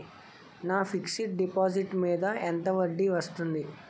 నా fixed deposit మీద ఎంత వడ్డీ వస్తుంది?